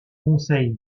conseil